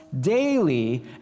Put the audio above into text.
daily